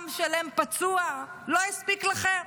עם שלם פצוע, לא הספיק לכם?